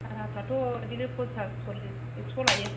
बारहाफ्राथ' बिदिनो फनसास सरलिस एकस' लायो